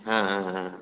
ஆ ஆ ஆ